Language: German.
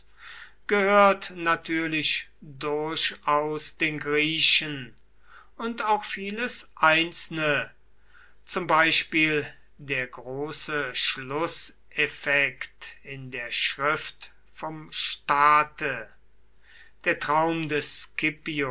gehört natürlich durchaus den griechen und auch vieles einzelne zum beispiel der große schlußeffekt in der schrift vom staate der traum des